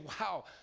wow